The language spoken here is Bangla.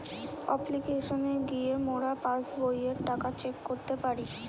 অপ্লিকেশনে গিয়ে মোরা পাস্ বইয়ের টাকা চেক করতে পারি